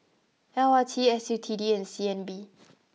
l R T S U T D and C N B